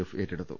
F ഏറ്റെടുത്തു